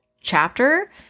chapter